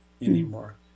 anymore